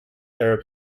arab